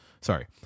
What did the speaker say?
Sorry